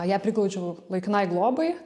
ją priglaudžiau laikinai globai